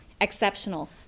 exceptional